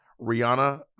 Rihanna